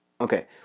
Okay